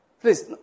Please